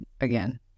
again